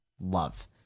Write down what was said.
love